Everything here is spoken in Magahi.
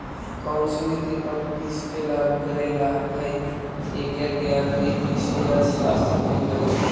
कौनसी नीति कब किसपे लागू करे ला हई, एकर ज्ञान भी कृषि अर्थशास्त्र में हई